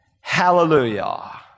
hallelujah